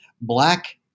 Black